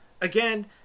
Again